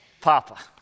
Papa